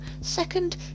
second